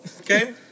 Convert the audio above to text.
Okay